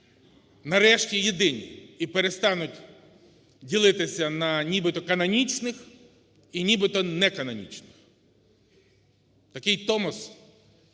нарешті, єдині і перестануть ділитися на нібито канонічних і нібито неканонічних. Такий Томос,